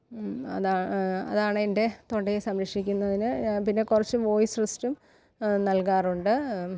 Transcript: അതാണ് അതാണെൻ്റെ തൊണ്ടയെ സംരക്ഷിക്കുന്നതിന് ഞാൻ പിന്നെ കുറച്ച് വോയിസ് റെസ്റ്റും നൽകാറുണ്ട്